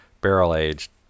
barrel-aged